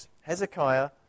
Hezekiah